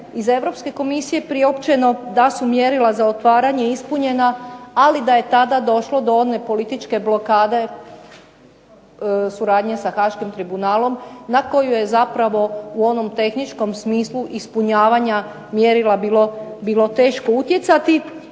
iz Europske komisije priopćeno da su mjerila za otvaranje ispunjena. Ali da je tada došlo do one političke blokade suradnje sa Haaškim tribunalom na koju je zapravo u onom tehničkom smislu ispunjavanja mjerila bilo teško utjecati.